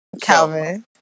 Calvin